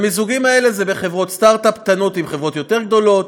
המיזוגים האלה הם בחברות סטארט-אפ קטנות עם חברות יותר גדולות,